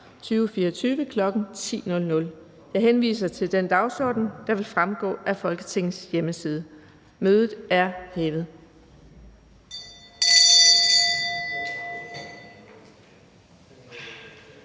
2024, kl. 10.00. Jeg henviser til den dagsorden, der vil fremgå af Folketingets hjemmeside. Mødet er hævet.